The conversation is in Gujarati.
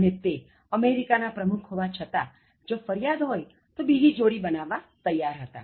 અને તે અમેરિકાના પ્રમુખ હોવા છતાં જો ફરિયાદ હોય તો બીજી જોડી બનાવવા તૈયાર હતા